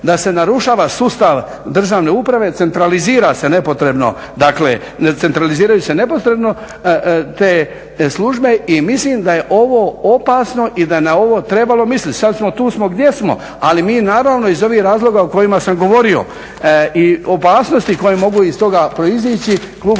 da se narušava sustav državne uprave, centraliziraju se nepotrebno te službe i mislim da je ovo opasno i da je na ovo trebalo mislit. Sad smo tu gdje smo, ali mi naravno iz ovih razloga o kojima sam govorio i opasnosti koje mogu iz toga proizići, klub